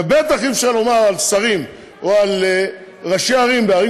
ובטח אי-אפשר לומר על שרים או על ראשי ערים בערים